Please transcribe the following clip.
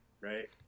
right